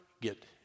get